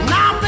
Now